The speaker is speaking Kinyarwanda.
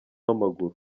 w’amaguru